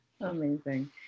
amazing